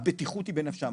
הבטיחות היא בנפשם,